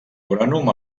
agrònom